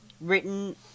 written